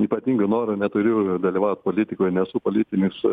ypatingų norų neturiu dalyvaut politikoj nesu politinis